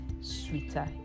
sweeter